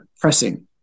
pressing